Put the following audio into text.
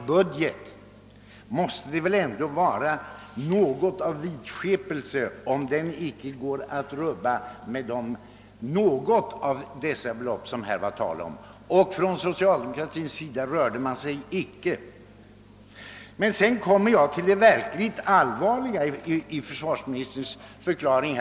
Det måste väl ändå vara något av vidskepelse om man tror att det icke går att rubba en 38-miljardersbudget med något av de belopp det i detta sammanhang var tal om. På socialdemokratiskt håll vek man icke från den ståndpunkt man intagit. Så kommer jag till det verkligt allvarliga i försvarsministerns förklaring.